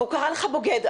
הוא קרא לך בוגד,